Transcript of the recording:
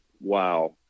Wow